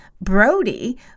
Brody